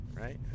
Right